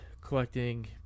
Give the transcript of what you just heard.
collecting